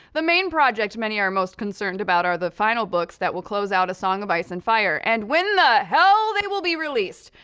the main project many are most concerned about are the final books that will close out a song of ice and fire and when the hell they will be released.